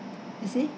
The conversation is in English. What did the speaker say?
you see